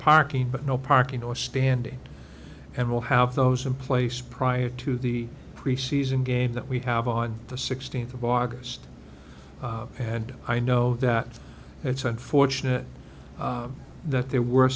parking but no parking or standing and we'll have those in place prior to the pre season game that we have on the sixteenth of august and i know that it's unfortunate that there were